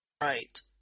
Right